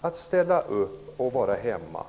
att ställa upp och vara hemma.